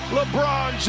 LeBron